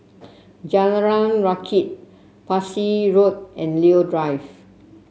Jalan Rakit Parsi Road and Leo Drive